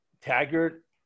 Taggart –